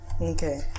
Okay